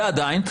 ועדיין,